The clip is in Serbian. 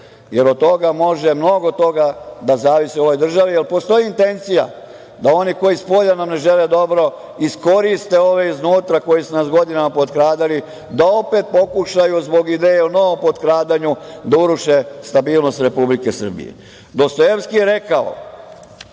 jer od toga može mnogo toga da zavisi u ovoj državi, jer postoji intencija da oni spolja koji nam ne žele dobro iskoriste ove iznutra koji su nas godinama potkradali da opet pokušaju zbog ideje o novom potkradanju da uruše stabilnost Republike Srbije. Dostojevski je rekao